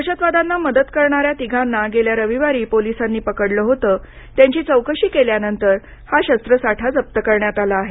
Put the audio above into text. दहशतवाद्यांना मदत करणाऱ्या तिघांना गेल्या रविवारी पोलिसांनी पकडलं होत त्यांची चौकशी केल्यानंतर हा शस्त्रसाठा जप्त करण्यात आला आहे